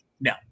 No